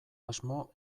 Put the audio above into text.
asmo